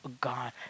God